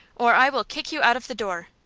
or i will kick you out of the door!